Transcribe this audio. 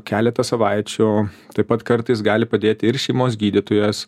keletą savaičių taip pat kartais gali padėti ir šeimos gydytojas